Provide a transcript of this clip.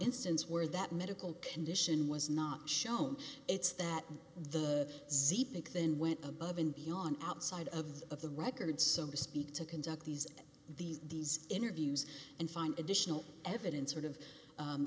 instance where that medical condition was not shown it's that the zeke then went above and beyond outside of of the record so to speak to conduct these these these interviews and find additional evidence